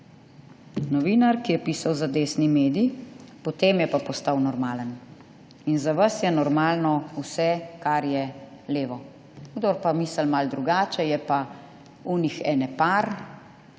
Novinar, ki je pisal za desni medij, potem je pa postal normalen. In za vas je normalno vse, ker je levo. Kdor pa misli malo drugače, je pa »unih ene par«,